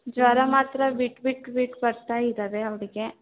ಜ್ವರ ಮಾತ್ರ ಬಿಟ್ಟು ಬಿಟ್ಟು ಬಿಟ್ಟು ಬರ್ತಾ ಇದ್ದಾವೆ ಅವಳಿಗೆ